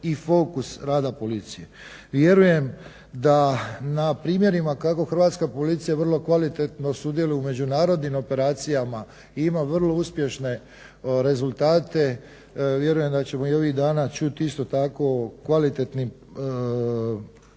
i fokus rada policije. Vjerujem da na primjerima kako Hrvatska policija vrlo kvalitetno sudjeluje u međunarodnim operacijama i ima vrlo uspješne rezultate vjerujem da ćemo i ovih dana čuti isto tako kvalitetni,